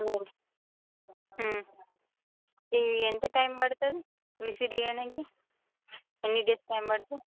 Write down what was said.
ఇది ఎంత టైం పడుతుంది విజిట్ చేయడానికి ఎన్ని డేస్ టైం పడుతుంది